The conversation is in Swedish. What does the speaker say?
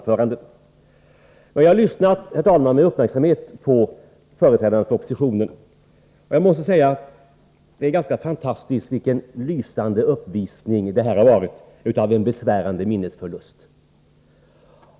Herr talman! Jag har med uppmärksamhet lyssnat på företrädarna för oppositionen. Jag måste säga att det är ganska fantastiskt vilken lysande uppvisning som förekommit av en besvärande minnesförlust.